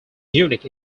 unique